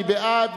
מי בעד?